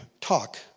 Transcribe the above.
talk